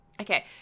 Okay